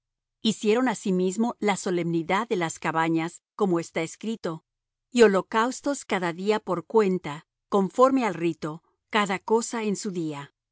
hicieron asimismo la solemnidad de las cabañas como está escrito y holocaustos cada día por cuenta conforme al rito cada cosa en su día